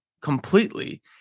completely